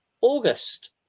August